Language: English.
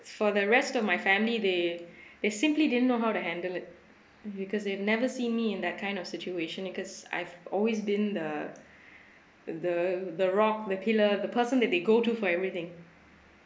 for the rest of my family they they simply didn't know how to handle it because they've never see me in that kind of situation because I've always been the the the rock the pillar the person that they go to for everything